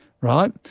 right